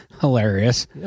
hilarious